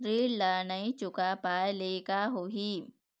ऋण ला नई चुका पाय ले का होही?